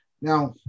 Now